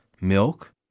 milk